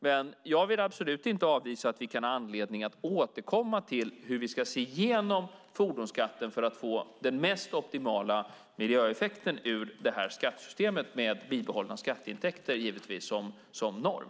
Men jag vill absolut inte avvisa att vi kan ha anledning att återkomma till hur vi ska se igenom fordonsskatten för att få den mest optimala miljöeffekten av det här skattesystemet, givetvis med bibehållna skatteintäkter som norm.